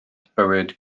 bywyd